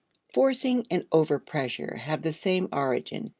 forcing and overpressure have the same origin,